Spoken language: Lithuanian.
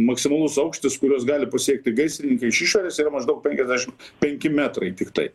maksimalus aukštis kuriuos gali pasiekti gaisrininkai iš išorės yra maždaug penkiasdešim penki metrai tiktai